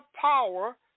power